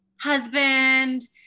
husband